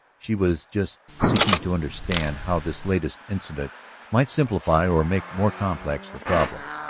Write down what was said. she was just seeking to understand how this latest incident might simplify or make more complex her problem.